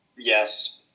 Yes